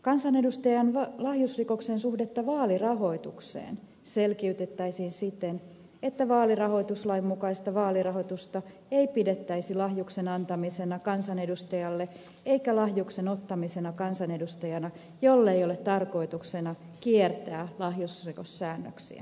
kansanedustajan lahjusrikoksen suhdetta vaalirahoitukseen selkiytettäisiin siten että vaalirahoituslain mukaista vaalirahoitusta ei pidettäisi lahjuksen antamisena kansanedustajalle eikä lahjuksen ottamisena kansanedustajana jollei ole tarkoituksena kiertää lahjusrikossäännöksiä